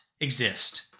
exist